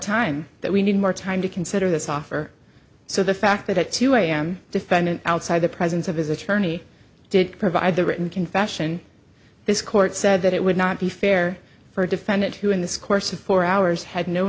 time that we need more time to consider this offer so the fact that at two am defendant outside the presence of his attorney did provide the written confession this court said that it would not be fair for a defendant who in this course of four hours had no